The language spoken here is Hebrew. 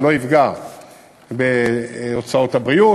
זה לא יפגע בהוצאות הבריאות,